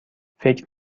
فکر